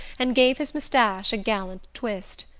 and gave his moustache a gallant twist.